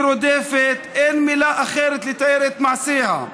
שרודפת, אין מילה אחרת לתאר את מעשיה,